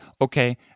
okay